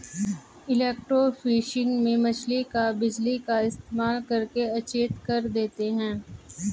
electrofishing में मछली को बिजली का इस्तेमाल करके अचेत कर देते हैं